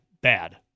bad